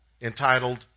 entitled